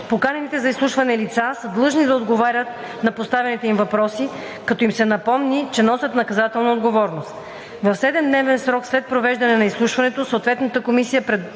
Поканените за изслушване лица са длъжни да отговорят на поставените им въпроси, като им се напомни, че носят наказателна отговорност. В 7-дневен срок след провеждане на изслушването съответната комисия